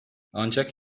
ancak